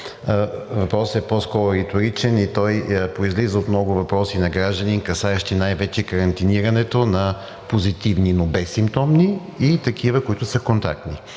въпросът е по-скоро реторичен и той произлиза от много въпроси на граждани, касаещи най-вече карантинирането на позитивни, но безсимптомни и такива, които са контактни.